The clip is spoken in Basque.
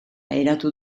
eratu